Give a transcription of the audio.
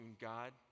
God